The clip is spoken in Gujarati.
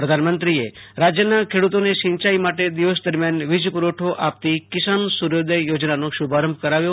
પ્રધાનમંત્રીએ રાજ્યના ખેડૂતોને સિંચાઈ માટે દિવસ દરમિયાન વીજ પુરવઠો આપતી કિસાન સૂર્યોદય યોજનાનો શુભારંભ કરાવ્યો